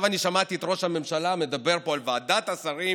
ועכשיו אני שמעתי את ראש הממשלה מדבר פה על ועדת השרים